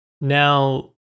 Now